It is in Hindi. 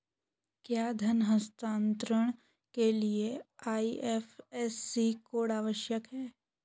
क्या धन हस्तांतरण के लिए आई.एफ.एस.सी कोड आवश्यक है?